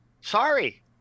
sorry